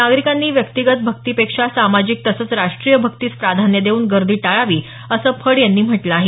नागरिकांनी व्यक्तिगत भक्तीपेक्षा सामाजिक तसंच राष्ट्रीय भक्तीस प्राधान्य देऊन गर्दी टाळावी असं फड यांनी म्हटलं आहे